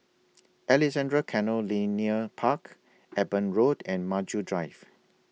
Alexandra Canal Linear Park Eben Road and Maju Drive